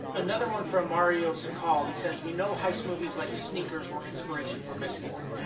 another one from mario zakal. he says, we know heist movies like sneakers were inspiration for mistborn.